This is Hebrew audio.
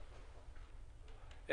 הצבעה אושרו.